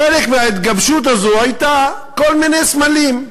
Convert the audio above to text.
חלק מההתגבשות הזאת היה כל מיני סמלים,